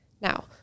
Now